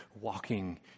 Walking